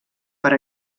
per